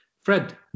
Fred